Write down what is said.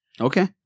Okay